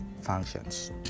functions